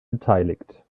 beteiligt